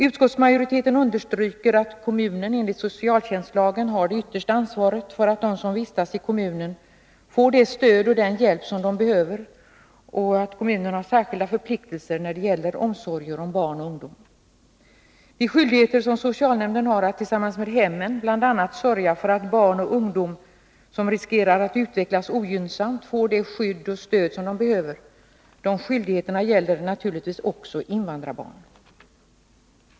Utskottsmajoriteten understryker att kommunen enligt socialtjänstlagen har det yttersta ansvaret för att de som vistas i kommunen får det stöd och den hjälp som de behöver och att kommunen har särskilda förpliktelser när det gäller omsorger om barn och ungdom. De skyldigheter som socialnämnden har att tillsammans med hemmet sörja för att barn och ungdom som riskerar att utvecklas ogynnsamt får det skydd och stöd som de behöver gäller naturligtvis också invandrarbarn.